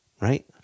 Right